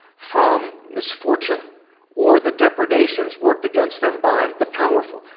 from misfortune or the depredations worked against them by the powerful.